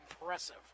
impressive